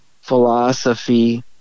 philosophy